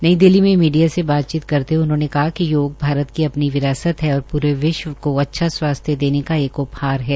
नई दिल्ली में मीडिया से बातचीत करते हुए उन्होंने कहा कि योग भारत की अपनी विरासत है और पूरे विश्व को अच्छा स्वास्थ्य देने का एक उपहार है